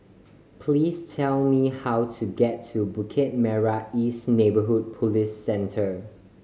please tell me how to get to Bukit Merah East Neighbourhood Police Centre